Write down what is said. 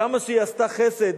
כמה שהיא עשתה חסד.